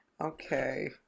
Okay